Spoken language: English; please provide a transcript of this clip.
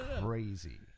crazy